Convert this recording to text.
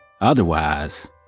Otherwise